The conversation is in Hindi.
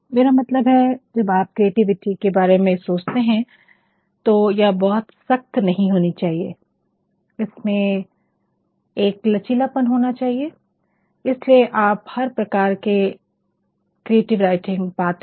मेरा मतलब है जब आप क्रिएटिविटी के बारे में सोचते हैं तो यह बहुत सख्त नहीं होनी चाहिए इसमें एक लचीलापन होना चाहिए इसीलिए आप हर प्रकार के क्रिएटिव राइटिंग पाते हैं